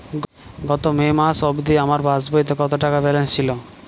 গত মে মাস অবধি আমার পাসবইতে কত টাকা ব্যালেন্স ছিল?